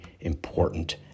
important